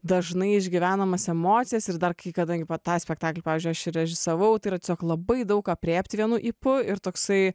dažnai išgyvenamas emocijas ir dar kai kada tą spektaklį pavyzdžiui aš ir režisavau ir tiesiog labai daug aprėpt vienu ypu ir toksai